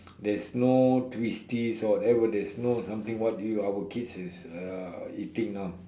there's no Twisties or whatever there's no something what you our kids is uh eating now